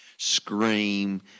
scream